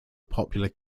popular